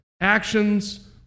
actions